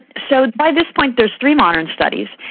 so by this point there are three modern studies.